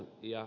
kun ed